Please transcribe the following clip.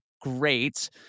great